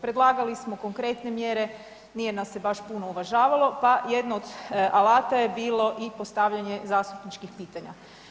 Predlagali smo konkretne mjere, nije nas se baš puno uvažavalo pa jedno od alata je bilo i postavljanje zastupničkih pitanja.